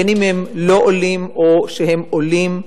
בין שהם לא-עולים ובין שהם עולים,